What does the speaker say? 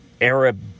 Arab